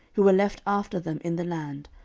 who were left after them in the land,